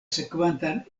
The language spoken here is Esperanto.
sekvantan